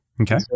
okay